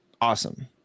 awesome